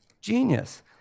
genius